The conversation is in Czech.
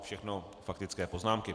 Všechno faktické poznámky.